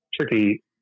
tricky